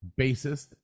bassist